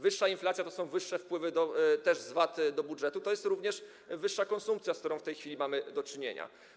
Wyższa inflacja to też są wyższe wpływy z VAT do budżetu, to jest również wyższa konsumpcja, z którą w tej chwili mamy do czynienia.